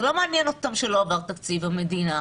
זה לא מעניין אותם שלא עבר תקציב המדינה.